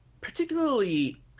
particularly